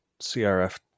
CRF